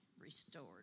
restored